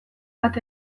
bat